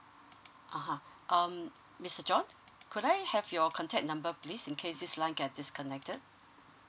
a'ah mm mister john could I have your contact number please in case is like get disconnected